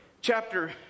chapter